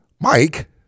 Mike